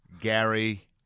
Gary